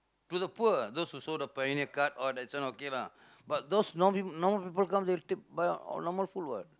to the poor those who show the pioneer card or this one okay lah but those norm~ normal people come they'll take buy all normal food what